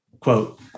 quote